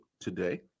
today